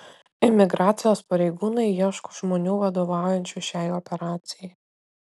imigracijos pareigūnai ieško žmonių vadovaujančių šiai operacijai